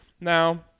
Now